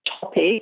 topic